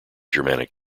germanic